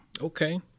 Okay